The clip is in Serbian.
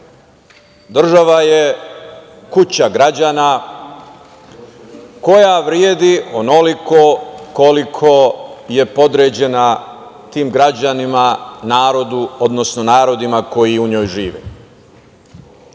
Država je kuća građana koja vredi onoliko koliko je podređena tim građanima, narodima koji u njoj žive.